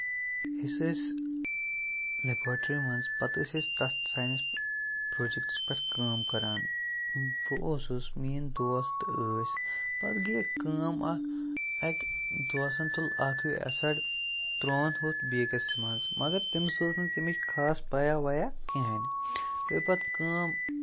أسۍ ٲسۍ لیٚبارٹری مَنٛز پَتہٕ ٲسۍ أسۍ تَتھ ساینَس پروجَکٹس پٮ۪ٹھ کٲم کَران بہٕ اوسُس میٲنۍ دوس تہِ ٲسۍ پَتہٕ گٔے کٲم اَکھ اکہِ دوستَن تُل اَکھ ہیو ایٚسِڑ ترووُن ہُتھ بیٚکِس مَنٛز مگر تٔمِس ٲس نہٕ تمِچ خاص پَیا وَیا کِہیٖنۍ گے پَتہٕ کٲم